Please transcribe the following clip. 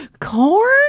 corn